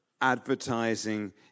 advertising